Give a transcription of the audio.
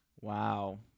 Wow